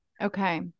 Okay